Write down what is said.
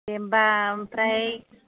दे होनबा आमफ्राय